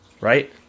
Right